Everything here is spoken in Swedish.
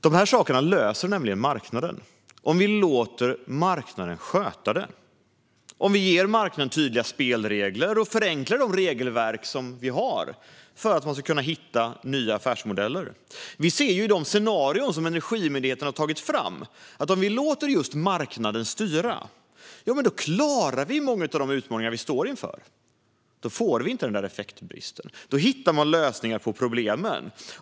De här sakerna löser nämligen marknaden om vi låter marknaden sköta dem, om vi ger marknaden tydliga spelregler och förenklar de regelverk vi har för att kunna hitta nya affärsmodeller. I de scenarier som Energimyndigheten tagit fram ser vi att om vi låter marknaden styra klarar vi många av de utmaningar vi står inför. Då får vi inte den här effektbristen. Då hittar man lösningar på problemen.